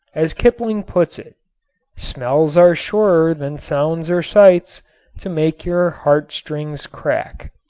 as kipling puts it smells are surer than sounds or sights to make your heart-strings crack.